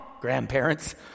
grandparents